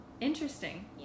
interesting